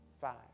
Five